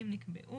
אם נקבעו,